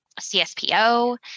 CSPO